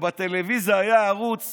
ובטלוויזיה היה ערוץ